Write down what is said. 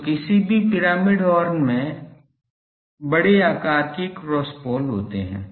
तो किसी भी पिरामिड हॉर्न में बड़े आकार के क्रॉस पोल होते हैं